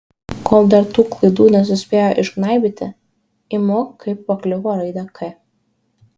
kol dar tų klaidų nesuspėjo išgnaibyti imu kaip pakliuvo raidę k